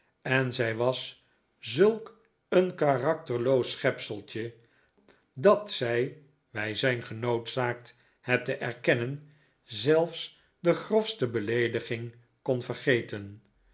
en zij was zulk een karakterloos schepseltje dat zij wij zijn genoodzaakt het te erkennen zelfs de grofste beleediging kon vergeten